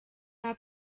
nta